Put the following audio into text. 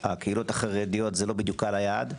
הקהילות החרדיות זה לא בדיוק קהל היעד.